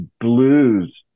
blues